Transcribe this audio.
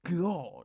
God